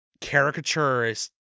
caricaturist